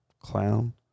clown